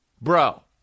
Bro